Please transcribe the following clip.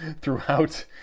throughout